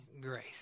grace